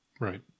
Right